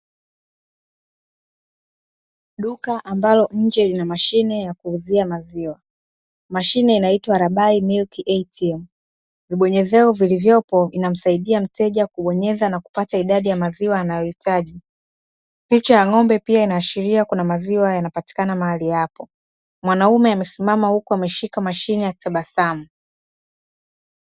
Duka ambalo nje lina mashine ya kuuzia maziwa, mashine inaitwa ''RABAI MILK ATM''. Vibonyezeo vilivyopo vinamsaidia mteja kubonyeza na kupata idadi ya maziwa anayohitaji. Picha ya ngo'ombe pia inaashiria kuna maziwa yanapatikana mahali hapo. Mwanaume amesimama huku ameshika mashine akitabasamu.